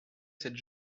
cette